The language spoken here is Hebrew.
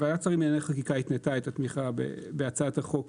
אבל ועדת שרים לענייני חקיקה התנתה את התמיכה בהצעת החוק